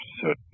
certain